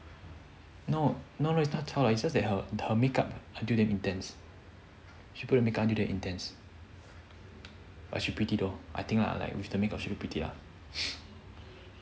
no no no it's not 超老 it's just that her makeup until damn intense she put on the makeup until damn intense but she pretty though I think lah like with the makeup she look pretty ah